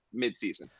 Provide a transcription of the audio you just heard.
midseason